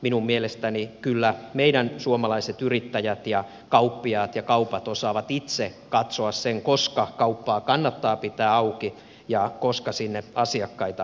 minun mielestäni kyllä meidän suomalaiset yrittäjät ja kauppiaat ja kaupat osaavat itse katsoa koska kauppaa kannattaa pitää auki ja koska sinne asiakkaita riittämiin löytyy